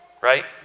right